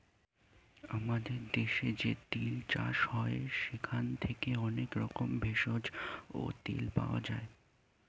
আমাদের দেশে যে তিল চাষ হয় সেখান থেকে অনেক রকমের ভেষজ ও তেল পাওয়া যায়